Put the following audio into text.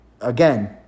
again